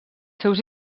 seus